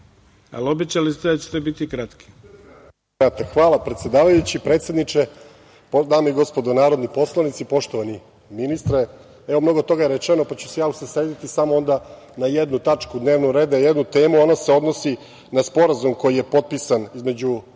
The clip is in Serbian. **Goran Pekarski** Biću kratak. Hvala predsedavajući. Predsedniče, dame i gospodo narodni poslanici, poštovani ministre, mnogo toga je rečeno pa ću se ja usredrediti samo onda na jednu tačku dnevnog reda, jednu temu, a ona se odnosi na Sporazum koji je potpisan između